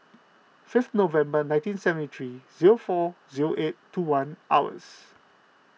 five November nineteen seventy three zero four zero eight two one hours